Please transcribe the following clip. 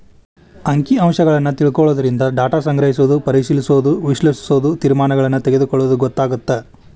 ಅಂಕಿ ಅಂಶಗಳನ್ನ ತಿಳ್ಕೊಳ್ಳೊದರಿಂದ ಡಾಟಾ ಸಂಗ್ರಹಿಸೋದು ಪರಿಶಿಲಿಸೋದ ವಿಶ್ಲೇಷಿಸೋದು ತೇರ್ಮಾನಗಳನ್ನ ತೆಗೊಳ್ಳೋದು ಗೊತ್ತಾಗತ್ತ